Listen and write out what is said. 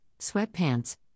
sweatpants